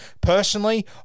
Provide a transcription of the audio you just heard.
Personally